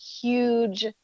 huge